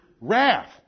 wrath